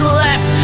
left